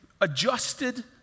adjusted